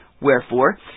Wherefore